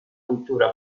cultura